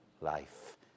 life